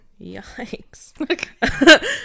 Yikes